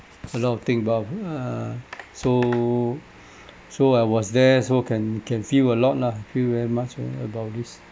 a lot of thing about err so so I was there so can can feel a lot lah feel very much about this